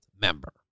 member